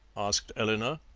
asked eleanor.